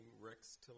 Rex